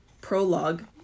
Prologue